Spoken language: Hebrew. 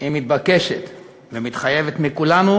היא מתבקשת ומתחייבת מכולנו,